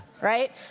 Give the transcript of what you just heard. right